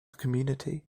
community